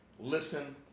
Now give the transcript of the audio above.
listen